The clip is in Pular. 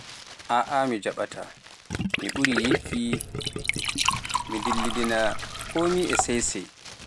Aa'a mi jaɓataa, mi ɓurii yikki, mi dillidina koomi e seese.